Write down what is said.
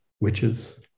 witches